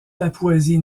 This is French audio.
papouasie